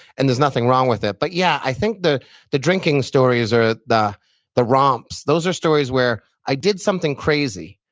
and there's nothing wrong with it, but, yeah, i think the the drinking stories or ah the the romps, those are stories where i did something crazy.